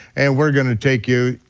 and we're gonna take you,